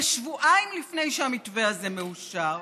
ושבועיים לפני שהמתווה הזה מאושר,